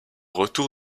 retour